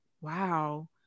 wow